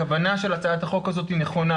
הכוונה של הצעת החוק הזאת היא נכונה,